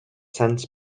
sants